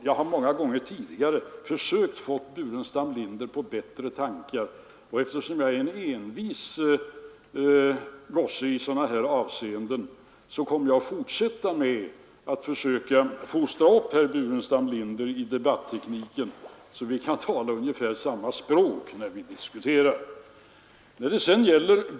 Jag har många gånger tidigare försökt få herr Burenstam Linder på bättre tankar, och eftersom jag är en envis person i sådana här avseenden kommer jag att fortsätta med att försöka uppfostra herr Burenstam Linder i debattekniken så att vi kan tala ungefär samma språk när vi diskuterar.